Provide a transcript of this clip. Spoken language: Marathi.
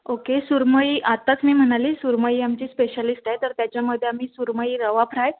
ओके सुरमई आत्ताच मी म्हणाले सुरमई आमची स्पेशालिस्ट आहे तर त्याच्यामध्ये आम्ही सुरमई रवा फ्राय